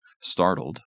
Startled